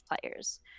players